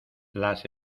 las